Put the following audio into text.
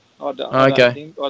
Okay